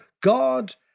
God